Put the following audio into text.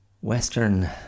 Western